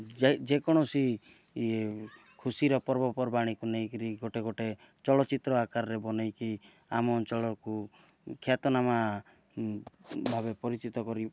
ଯେକୌଣସି ଇଏ ଖୁସିର ପର୍ବପର୍ବାଣୀକୁ ନେଇକି ଗୋଟେ ଗୋଟେ ଚଳଚ୍ଚିତ୍ର ଆକାରରେ ବନେଇକି ଆମ ଅଞ୍ଚଳକୁ ଖ୍ୟାତନାମା ଭାବେ ପରିଚିତ କରି